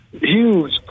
huge